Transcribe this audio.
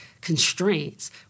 constraints